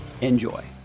enjoy